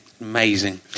amazing